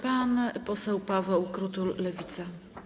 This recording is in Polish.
Pan poseł Paweł Krutul, Lewica.